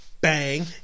Bang